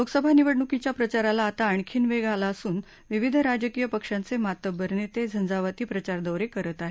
लोकसभा निवडणुकीच्या प्रचाराला आता आणखी वेग आला असून विविध राजकीय पक्षांचे मातब्बर नेते झंझावाती प्रचारदौरे करत आहेत